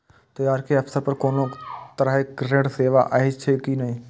त्योहार के अवसर पर कोनो तरहक ऋण सेवा अछि कि नहिं?